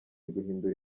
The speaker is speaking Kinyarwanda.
guhindura